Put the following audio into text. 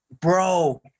bro